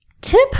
tip